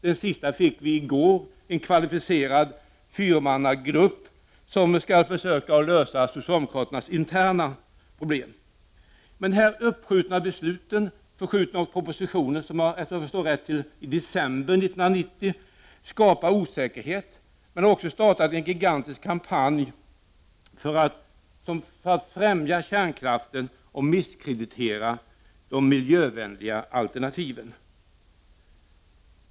Så sent som i går tillsattes en kvalificerad fyramannagrupp som har i uppgift att försöka lösa socialdemokraternas interna problem. Dessa uppskjutna beslut och den tidsmässiga förskjutningen av propositionen till — så vitt jag förstår — december 1990 skapar osäkerhet, men man har också startat ett gigantiskt kampanjarbete för att främja kärnkraften och misskreditera de miljövänliga alternativen.